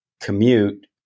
commute